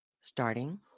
starting